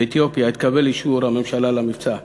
באתיופיה התקבל אישור הממשלה למבצע.